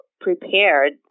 prepared